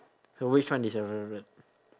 so which one is your favourite